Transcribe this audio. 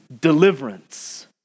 deliverance